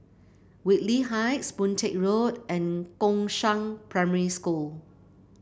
Whitley Heights Boon Teck Road and Gongshang Primary School